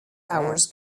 hours